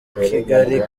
kigali